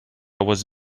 was